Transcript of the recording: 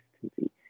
consistency